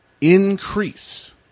increase